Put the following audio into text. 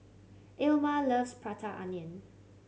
Ilma loves Prata Onion